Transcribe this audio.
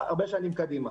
הרבה שנים קדימה.